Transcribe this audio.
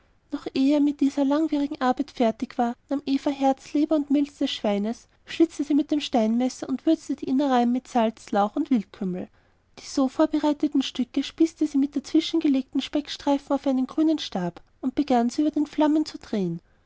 noch ehe er mit dieser langwierigen arbeit fertig war nahm eva herz leber und milz des schweines schlitzte sie mit dem steinmesser und würzte die innereien mit salz lauch und wildkümmel die so vorbereiteten stücke spießte sie mit dazwischengelegten speckstreifen auf einen grünen stab und begann sie über den flammen zu drehen